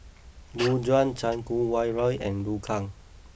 Gu Juan Chan Kum Wah Roy and Liu Kang